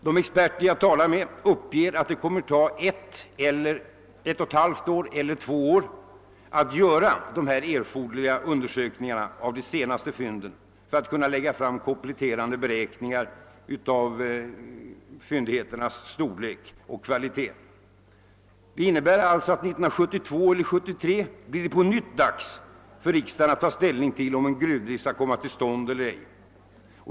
De experter som jag talat med uppger att det kommer att ta ett och halvt eller två år att göra erforderliga undersökningar av de senaste fynden för att kunna lägga fram kompletterande beräkningar av fyndigheternas storlek och kvalitet. Detta innebär att det 1972 eller 1973 på nytt är dags för riksdagen att ta ställning till huruvida gruvdrift skall komma till stånd eller ej.